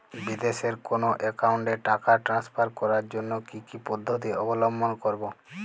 বিদেশের কোনো অ্যাকাউন্টে টাকা ট্রান্সফার করার জন্য কী কী পদ্ধতি অবলম্বন করব?